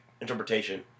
interpretation